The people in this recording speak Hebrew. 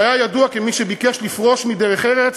שהיה ידוע כמי שביקש לפרוש מדרך ארץ